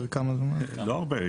לא הרבה.